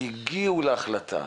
הגיעו להחלטה,